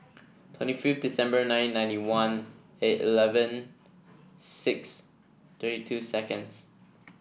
twenty fifth December nineteen ninety one A eleven six thirty two seconds